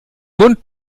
mund